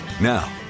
Now